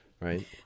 right